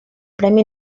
premi